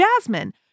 Jasmine